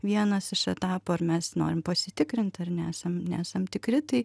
vienas iš etapų ir mes norim pasitikrint ar nesam nesam tikri tai